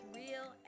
real